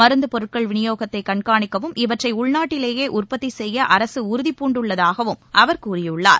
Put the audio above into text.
மருந்தபொருட்கள் விநியோகத்தைகண்காணிக்கவும் இவற்றைஉள்நாட்டிலேயேஉற்பத்திசெய்யஅரசுஉறுதிபூண்டுள்ளதாகவும் அவர் கூறியுள்ளார்